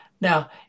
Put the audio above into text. Now